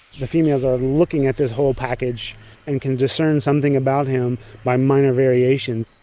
the females are looking at this whole package and can discern something about him by minor variation.